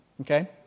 Okay